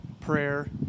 prayer